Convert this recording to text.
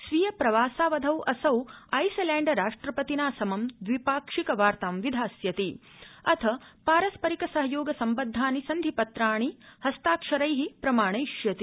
स्वीय प्रवासावधौ असौ आइसलैण्ड राष्टपतिना समं द्विपाक्षिक वातां विधास्यति अथ पारस्परिक सहयोग सम्बद्धानि सन्धिपत्राणि हस्ताक्षरै प्रमाणयिष्यति